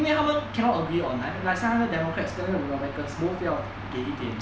因为他们 cannot agree on like somehow democrats 跟那个 republicans both 要给一点